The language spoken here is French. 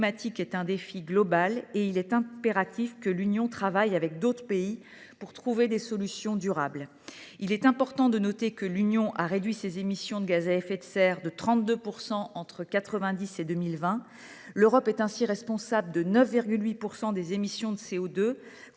est un défi global. Il est impératif que l’Union européenne travaille avec d’autres pays pour trouver des solutions durables. Il est important de noter que l’Union européenne a réduit ses émissions de gaz à effet de serre de 32 % entre 1990 et 2020. L’Europe est ainsi responsable de 9,8 % des émissions de CO2,